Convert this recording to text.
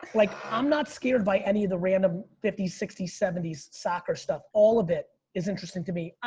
like i'm not scared by any of the random fifty, sixty, seventy s soccer stuff. all of it is interesting to me.